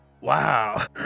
Wow